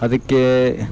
ಅದಕ್ಕೆ